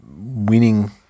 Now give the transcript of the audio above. winning